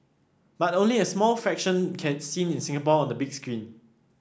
but only a small fraction get seen in Singapore on the big screen